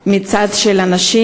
מצד נשים.